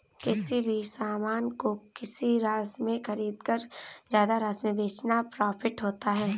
किसी भी सामान को किसी राशि में खरीदकर ज्यादा राशि में बेचना प्रॉफिट होता है